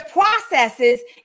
processes